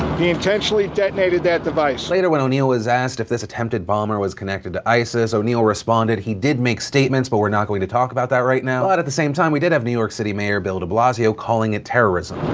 he intentionally detonated that device later when o'neill was asked if this attempted bomber was connected to isis o'neill responded he did make statements, but we're not going to talk about that right now at at the same time we did have new york city mayor bill deblasio calling a terrorism.